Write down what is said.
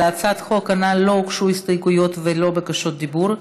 להצעת החוק הנ"ל לא הוגשו הסתייגויות ולא בקשות דיבור,